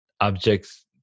objects